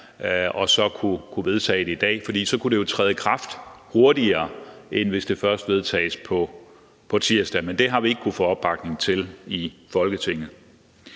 vi så kunne vedtage det i dag, for så kunne det træde i kraft hurtigere, end hvis det først vedtages på tirsdag. Men det har vi ikke kunnet få opbakning til i Folketinget.